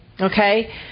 Okay